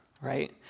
right